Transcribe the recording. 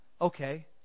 okay